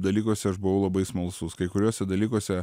dalykuose aš buvau labai smalsus kai kuriuose dalykuose